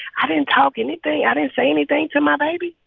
i didn't talk anything? i didn't say anything to my baby?